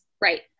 Right